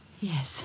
Yes